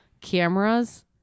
cameras